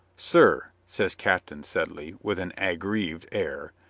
sir, says captain sedley, with an aggrieved air,